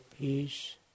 peace